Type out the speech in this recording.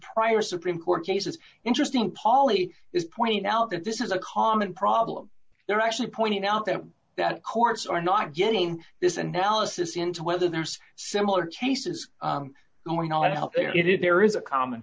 prior supreme court cases interesting poly is pointing out that this is a common problem they're actually pointing out that the courts are not getting this analysis into whether there's similar chases or not help there it is there is a common